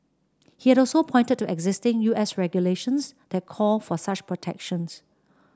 it had also pointed to existing U S regulations that call for such protections